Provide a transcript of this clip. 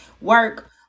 work